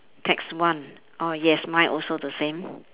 tax one oh yes mine also the same